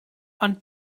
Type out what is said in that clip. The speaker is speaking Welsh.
ond